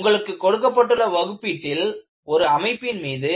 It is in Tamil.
உங்களுக்கு கொடுக்கப் பட்டுள்ள வகுப்பீட்டில் ஒரு அமைப்பின் மீது